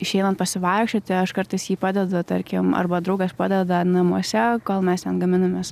išeinant pasivaikščioti aš kartais jį padedu tarkim arba draugas padeda namuose kol mes ten gaminamės